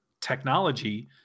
technology